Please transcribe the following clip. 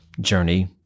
journey